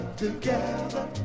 together